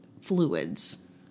fluids